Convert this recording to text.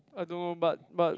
I don't know but but